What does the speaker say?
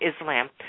Islam